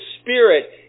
Spirit